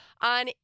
on